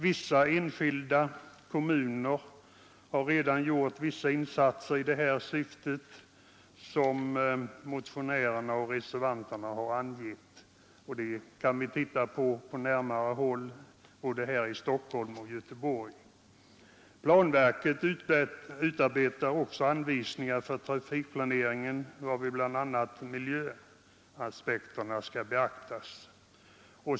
En del enskilda kommuner har redan gjort vissa insatser i det syfte som motionärerna och reservanterna har angett. Detta kan vi titta närmare på både här i Stockholm och i Göteborg. Planverket utarbetar anvisningar för trafikplanering, varvid bl.a. miljöaspekterna skall beaktas.